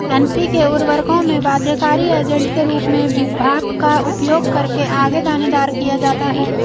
NPK उर्वरकों में बाध्यकारी एजेंट के रूप में भाप का उपयोग करके आगे दानेदार किया जाता है